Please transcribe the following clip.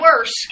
worse